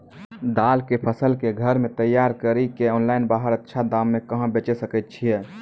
दाल के फसल के घर मे तैयार कड़ी के ऑनलाइन बाहर अच्छा दाम मे कहाँ बेचे सकय छियै?